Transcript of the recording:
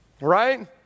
right